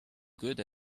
good